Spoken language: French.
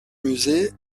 musée